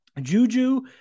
Juju